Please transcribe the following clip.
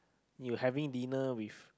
you having dinner with